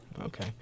Okay